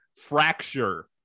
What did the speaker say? fracture